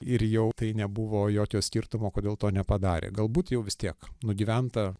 ir jau tai nebuvo jokio skirtumo kodėl to nepadarė galbūt jau vis tiek nugyventa